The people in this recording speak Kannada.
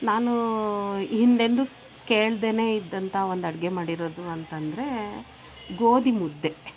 ನಾನು ಹಿಂದೆಂದು ಕೇಳ್ದೆನೇ ಇದ್ದಂಥ ಒಂದು ಅಡುಗೆ ಮಾಡಿರೋದು ಅಂತಂದರೆ ಗೋದಿ ಮುದ್ದೆ